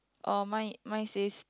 oh mine mine says